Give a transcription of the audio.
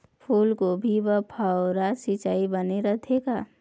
फूलगोभी बर फव्वारा सिचाई बने रथे का?